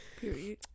period